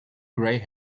gray